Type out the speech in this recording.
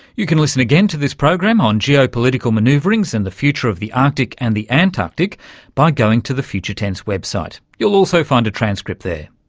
you can listen again to this program on geo-political manoeuvrings and the future of the arctic and the antarctic by going to the future tense website. you'll also find a transcript there.